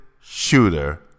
shooter